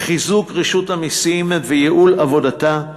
חיזוק רשות המסים וייעול עבודתה,